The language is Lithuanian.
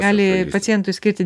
gali pacientui skirti